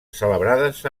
celebrades